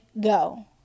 go